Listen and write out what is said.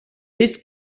this